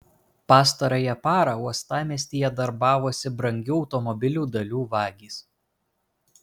pastarąją parą uostamiestyje darbavosi brangių automobilių dalių vagys